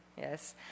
Yes